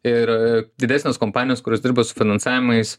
ir didesnės kompanijos kurios dirba su finansavimais